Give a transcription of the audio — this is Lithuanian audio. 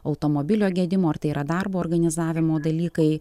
automobilio gedimo ar tai yra darbo organizavimo dalykai